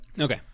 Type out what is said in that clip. Okay